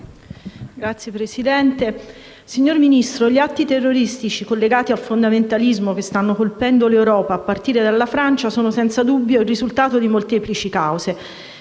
*(Misto-SI-SEL)*. Signor Ministro, gli atti terroristici collegati al fondamentalismo che stanno colpendo l'Europa, a partire dalla Francia, sono senza dubbio il risultato di molteplici cause.